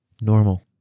normal